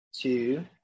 two